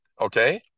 Okay